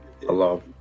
Hello